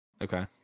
Okay